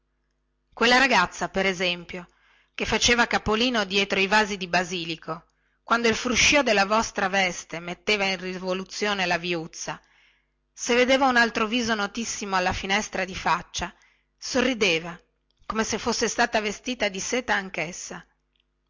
quella ragazza per esempio che faceva capolino dietro i vasi di basilico quando il fruscìo della vostra veste metteva in rivoluzione la viuzza se vedeva un altro viso notissimo alla finestra di faccia sorrideva come se fosse stata vestita di seta anchessa